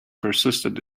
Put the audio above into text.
persisted